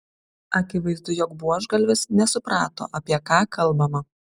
akivaizdu jog buožgalvis nesuprato apie ką kalbama